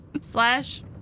Slash